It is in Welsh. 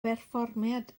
berfformiad